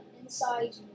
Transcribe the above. inside